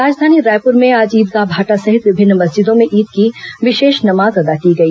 राजधानी रायपुर में आज ईदगाह भाटा सहित विभिन्न मस्जिदों में ईद की विशेष नमाज अदा की गई